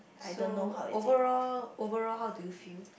so overall overall how do you feel